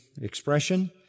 expression